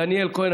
לדניאל כהן,